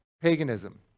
paganism